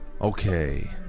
okay